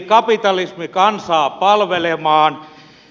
kapitalismi kansaa palvelemaan